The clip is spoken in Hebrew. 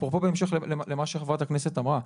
אפרופו בהמשך למה שחברת הכנסת אמרה.